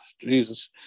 Jesus